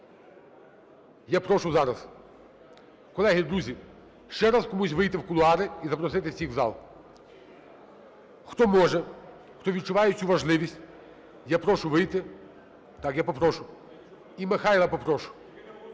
Я прошу зараз, колеги, друзі, ще раз комусь вийти в кулуари і запросити всіх в зал. Хто може, хто відчуває цю важливість, я прошу вийти. Так, я попрошу і Михайла попрошу.